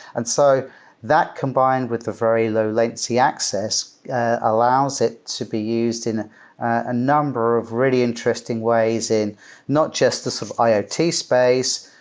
and so that combined with the very low-latency access allows it to be used in a number of really interesting ways in not just the sort of iot space,